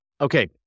Okay